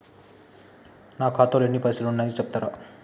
నా ఖాతాలో ఎన్ని పైసలు ఉన్నాయి చెప్తరా?